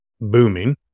booming